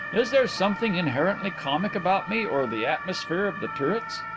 is there something inherently comic about me or the atmosphere of the turrets?